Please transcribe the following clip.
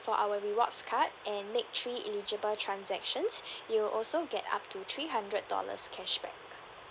for our rewards card and make three eligible transactions you'll also get up to three hundred dollars cashback